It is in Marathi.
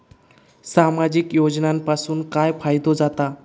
सामाजिक योजनांपासून काय फायदो जाता?